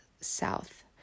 South